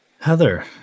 Heather